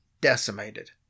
decimated